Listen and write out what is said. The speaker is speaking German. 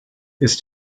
ist